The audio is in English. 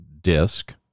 disk